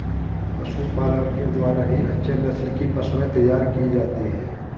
पशुपालन के द्वारा ही अच्छे नस्ल की पशुएं तैयार की जाती है